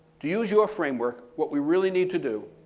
to use your framework, what we really need to do